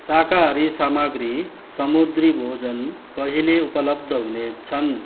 शाकाहारी सामग्री समुद्री भोजन कहिले उपलब्ध हुनेछन्